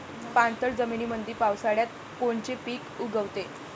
पाणथळ जमीनीमंदी पावसाळ्यात कोनचे पिक उगवते?